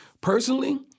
personally